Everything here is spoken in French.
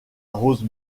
rose